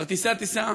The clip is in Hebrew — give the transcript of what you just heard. כרטיסי הטיסה,